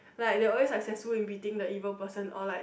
like their always successful in beating the evil person or like